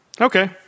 Okay